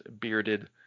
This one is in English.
bearded